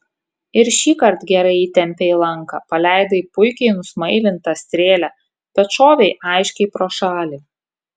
ir šįkart gerai įtempei lanką paleidai puikiai nusmailintą strėlę bet šovei aiškiai pro šalį